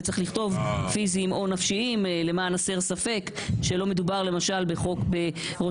וצריך לכתוב פיזיים או נפשיים למען הסר ספק שלא מדובר למשל בראש